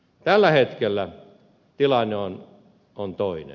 tällä hetkellä tilanne on toinen